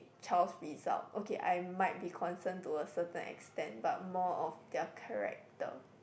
child's result okay I might be concern to a certain extend but more of their character